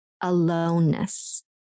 aloneness